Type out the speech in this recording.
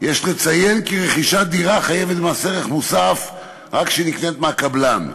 "יש לציין כי מכירת דירה חייבת במס ערך מוסף רק כאשר היא נקנית מהקבלן".